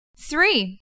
Three